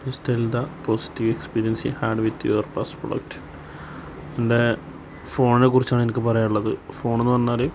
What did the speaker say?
please tell the positive experience you had with your first product എന്റെ ഫോണിനെക്കുറിച്ചാണെനിക്ക് പറയാനുള്ളത് ഫോണെന്ന് പറഞ്ഞാല്